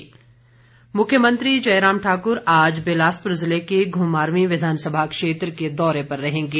मुख्यमंत्री मुख्यमंत्री जयराम ठाक्र आज बिलासपुर ज़िले के घुमारवीं विधानसभा क्षेत्र के दौरे पर रहेंगे